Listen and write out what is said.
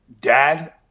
Dad